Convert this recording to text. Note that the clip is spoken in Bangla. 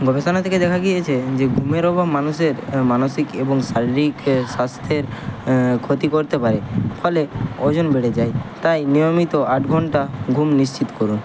গবেষণা থেকে দেখা গিয়েছে যে ঘুমের অভাব মানুষের মানসিক এবং শারীরিক স্বাস্থ্যের ক্ষতি করতে পারে ফলে ওজন বেড়ে যায় তাই নিয়মিত আট ঘন্টা ঘুম নিশ্চিত করুন